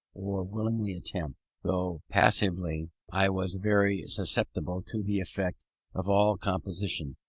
or willingly attempted though passively i was very susceptible to the effect of all composition,